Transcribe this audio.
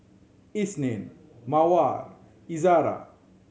Isnin Mawar Izara